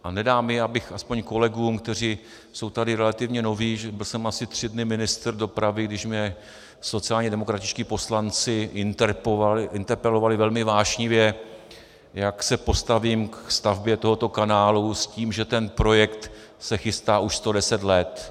A nedá mi, abych aspoň kolegům, kteří jsou tady relativně noví, byl jsem asi tři dny ministr dopravy, když mě sociálně demokratičtí poslanci interpelovali velmi vášnivě, jak se postavím ke stavbě tohoto kanálu s tím, že ten projekt se chystá už 110 let.